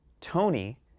Tony